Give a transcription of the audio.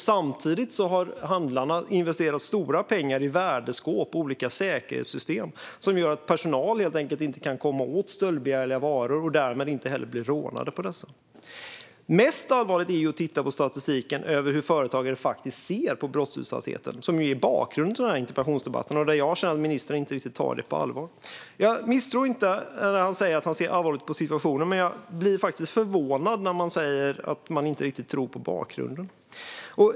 Samtidigt har handlarna investerat stora pengar i värdeskåp och olika säkerhetssystem som gör att personal helt enkelt inte kan komma åt stöldbegärliga varor och därmed inte heller blir rånade på dessa. Mest allvarligt är det att titta på statistiken över hur företagare faktiskt ser på brottsutsattheten, som ju är bakgrunden till denna interpellationsdebatt. Jag känner att ministern inte riktigt tar det på allvar. Jag misstror honom inte när han säger att han ser allvarligt på situationen. Men jag blir förvånad när man säger att man inte riktigt tror på bakgrunden.